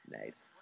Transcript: Nice